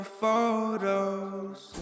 photos